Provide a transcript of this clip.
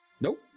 Nope